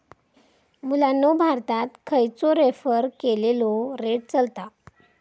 मुलांनो भारतात खयचो रेफर केलेलो रेट चलता?